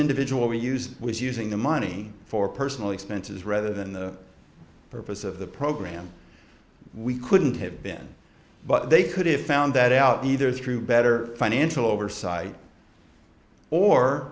individual we used was using the money for personal expenses rather than the purpose of the program we couldn't have been but they could if found that out either through better financial oversight or